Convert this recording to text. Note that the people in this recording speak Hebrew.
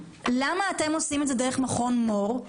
למה אתם עושים את זה רק דרך מכון מור,